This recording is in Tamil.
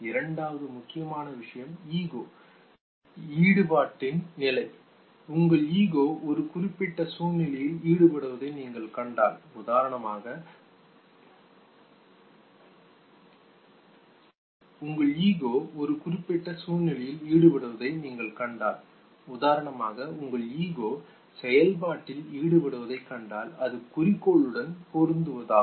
இரண்டாவது முக்கியமான விஷயம் ஈகோ ஈடுபாட்டின் நிலை உங்கள் ஈகோ ஒரு குறிப்பிட்ட சூழ்நிலையில் ஈடுபடுவதை நீங்கள் கண்டால் உதாரணமாக உங்கள் ஈகோ செயல்பாட்டில் ஈடுபடுவதைக் கண்டால் அது குறிக்கோளுடன் பொருந்துவதாகும்